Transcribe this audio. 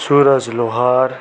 Suraj Lohar